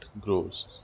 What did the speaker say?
grows